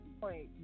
point